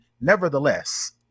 nevertheless